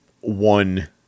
one